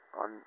on